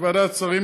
ועדת השרים,